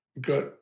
got